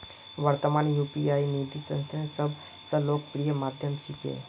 वर्त्तमानत यू.पी.आई निधि स्थानांतनेर सब स लोकप्रिय माध्यम छिके